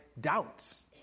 doubts